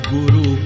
Guru